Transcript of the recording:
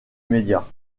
média